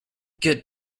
get